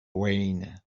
wayne